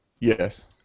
Yes